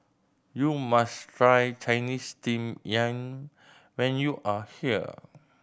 you must try Chinese Steamed Yam when you are here